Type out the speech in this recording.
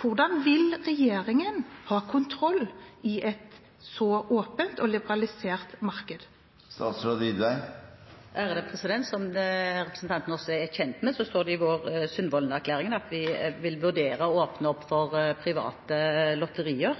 Hvordan vil regjeringen ta kontroll i et så åpent og liberalisert marked? Som representanten også er kjent med, står det i Sundvolden-erklæringen at vi vil vurdere å åpne opp for private lotterier